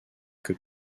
que